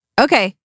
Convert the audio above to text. Okay